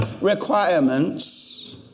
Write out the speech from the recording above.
requirements